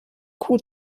kuh